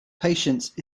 patience